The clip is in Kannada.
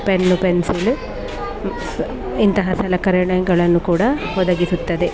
ಪೆನ್ನು ಪೆನ್ಸಿಲ್ಲು ಇಂತಹ ಸಲಕರಣೆಗಳನ್ನು ಕೂಡ ಒದಗಿಸುತ್ತದೆ